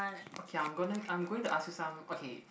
okay I'm gonna I'm going to ask you some okay